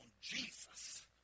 Jesus